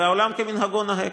ועולם כמנהגו נוהג.